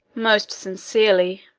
most sincerely.